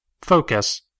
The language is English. focus